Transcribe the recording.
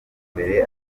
mbere